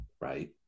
right